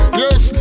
yes